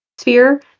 sphere